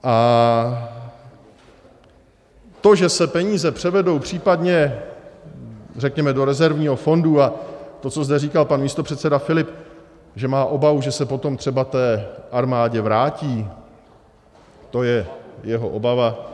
A to, že se peníze převedou případně, řekněme, do rezervního fondu, a to, co zde říkal pan místopředseda Filip, že má obavu, že se potom třeba té armádě vrátí, to je jeho obava.